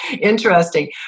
Interesting